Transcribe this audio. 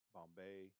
Bombay